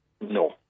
No